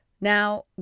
Now